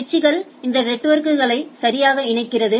சுவிட்ச்கள் இந்த நெட்வொர்க்குகளை சரியாக இணைக்கிறது